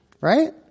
right